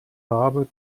habe